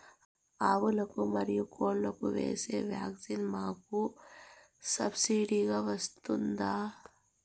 ఆవులకు, మరియు కోళ్లకు వేసే వ్యాక్సిన్ మాకు సబ్సిడి గా వస్తుందా?